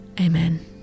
Amen